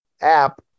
app